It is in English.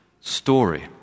story